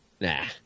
Nah